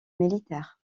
militaire